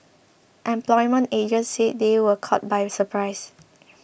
employment agents said they were caught by surprise